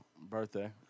birthday